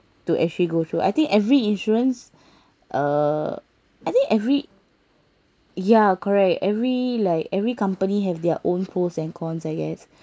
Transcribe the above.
to actually go through I think every insurance uh I think every ya correct every like every company have their own pros and cons I guess